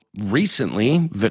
recently